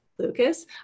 Lucas